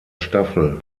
staffel